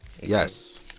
Yes